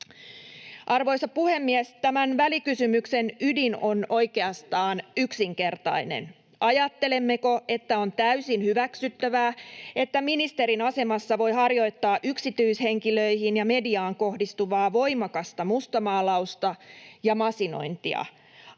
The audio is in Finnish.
Arvoisa puhemies! Tämän välikysymyksen ydin on oikeastaan yksinkertainen: Ajattelemmeko, että on täysin hyväksyttävää, että ministerin asemassa voi harjoittaa yksityishenkilöihin ja mediaan kohdistuvaa voimakasta mustamaalausta ja masinointia?